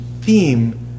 theme